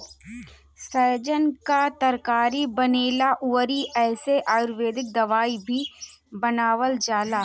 सैजन कअ तरकारी बनेला अउरी एसे आयुर्वेदिक दवाई भी बनावल जाला